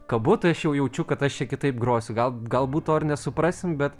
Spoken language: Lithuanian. kabu tai aš jau jaučiu kad aš čia kitaip grosiu gal galbūt to ir nesuprasim bet